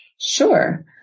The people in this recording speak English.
Sure